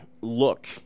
look